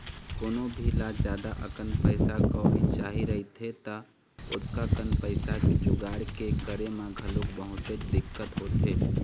कोनो भी ल जादा अकन पइसा कउड़ी चाही रहिथे त ओतका कन पइसा के जुगाड़ के करे म घलोक बहुतेच दिक्कत होथे